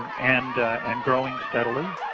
and and growing steadily.